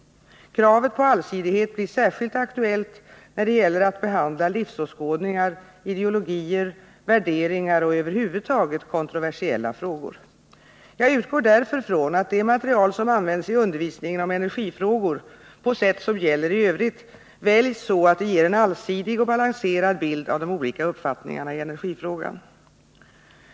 Kravet på allsidighet blir särskilt aktuellt när det gäller att behandla livsåskådningar, ideologier, värderingar och över huvud taget kontroversiella frågor. Jag utgår därför från att det material som används i undervisningen om energifrågor — på sätt som gäller i övrigt — väljs så att det ger en allsidig och balanserad bild av de olika uppfattningarna i energifrågan.